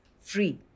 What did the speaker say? free